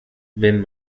wenn